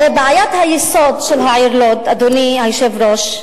הרי בעיית היסוד של העיר לוד, אדוני היושב-ראש,